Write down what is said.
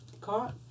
car